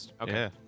Okay